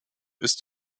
ist